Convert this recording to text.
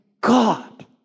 God